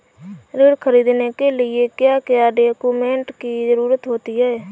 ऋण ख़रीदने के लिए क्या क्या डॉक्यूमेंट की ज़रुरत होती है?